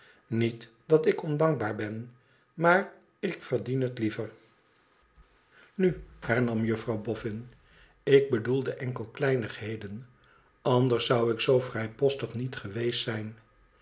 niet dat ik ondankbaar ben maar ik verdien het liever nu hernam juffrouw boffïn tik bedoelde enkel kleinigheden anders zou ik zoo vrijpostig niet geweest zijn